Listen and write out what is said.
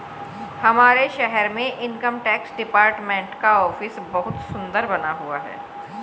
हमारे शहर में इनकम टैक्स डिपार्टमेंट का ऑफिस बहुत सुन्दर बना हुआ है